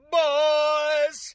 boys